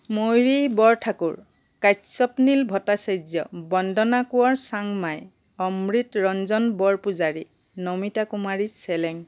ময়ূৰী বৰঠাকুৰ কাশ্যপনীল ভট্টাচাৰ্য্য বন্দনা কোঁৱৰ চাংমাই অমৃত ৰঞ্জন বৰপূজাৰী নমিতা কুমাৰী চেলেং